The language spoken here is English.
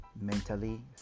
mentally